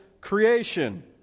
creation